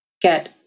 get